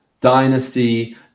dynasty